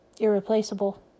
Irreplaceable